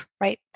right